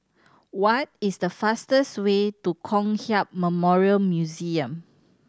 what is the fastest way to Kong Hiap Memorial Museum